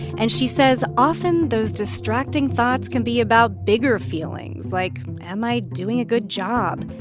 and she says, often, those distracting thoughts can be about bigger feelings, like am i doing a good job?